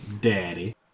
Daddy